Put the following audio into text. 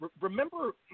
remember